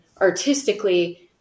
artistically